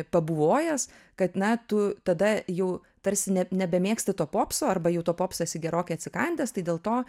pabuvojęs kad na tu tada jau tarsi ne nebemėgsti to popso arba jau to popso esi gerokai atsikandęs tai dėl to